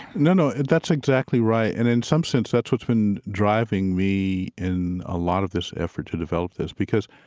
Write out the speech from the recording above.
no, no. that's exactly right and, in some sense, that's what's been driving me in a lot of this effort to develop this because,